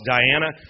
Diana